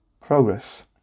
progress